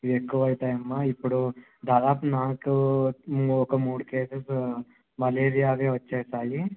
ఇవి ఎక్కువ అవుతాయమ్మా ఇప్పుడు దాదాపు నాకు ఒక మూడు కేసెస్ మలేరియా అదే వచ్చేసాయి